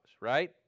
right